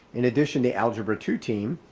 in addition to algebra two team,